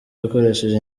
dukoresheje